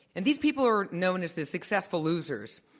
and these people are known as the successful losers.